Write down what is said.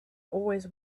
always